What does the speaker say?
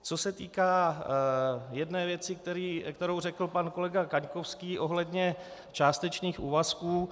Co se týká jedné věci, kterou řekl pan kolega Kaňkovský ohledně částečných úvazků.